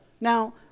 Now